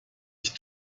ich